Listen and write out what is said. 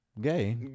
Gay